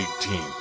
team